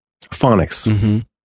Phonics